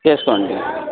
చేసుకోండి